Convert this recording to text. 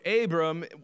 Abram